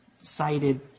cited